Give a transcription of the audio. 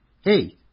hey